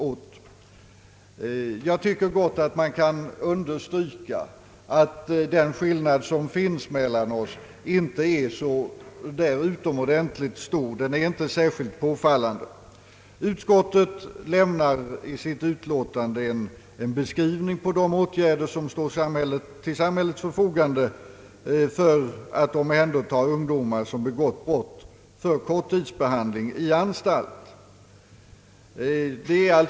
Man kan gott understryka att skillnaden mellan oss inte är särskilt påfallande. Utskottet lämnar i sitt utlåtande en beskrivning på de åtgärder som står till samhällets förfogande för att omhänderta ungdomar, som begått brott, för korttidsbehandling i anstalt.